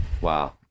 Wow